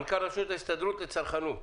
מנכ"ל רשות ההסתדרות לצרכנות.